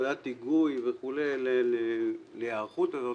ועדת היגוי וכולי להיערכות הזאת,